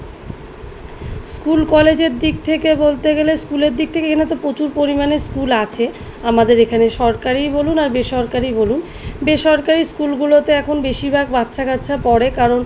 school কলেজের দিক থেকে বলতে গেলে স্কুলের দিক থেকে এখানে তো প্রচুর পরিমাণে স্কুল আছে আমাদের এখানে সরকারিই বলুন আর বেসরকারি বলুন বেসরকারি স্কুলগুলোতে এখন বেশিরভাগ বাচ্চা কাচ্চা পড়ে কারণ